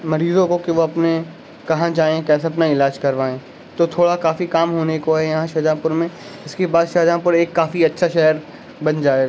مریضوں کو کہ وہ اپنے کہاں جائیں کیسے اپنا علاج کروائیں تو تھوڑا کافی کام ہونے کو ہے یہاں شاہجہاں پور میں اس کے بعد شاہجہاں پور ایک کافی اچھا شہر بن جائے